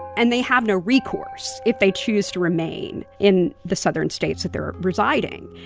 and they have no recourse if they choose to remain in the southern states that they're residing.